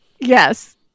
Yes